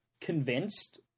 convinced